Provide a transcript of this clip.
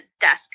desk